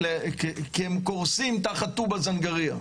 הם קורסים תחת טובא זנגריה.